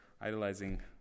idolizing